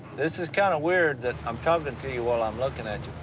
this is kinda weird that i'm talking to you while i'm looking at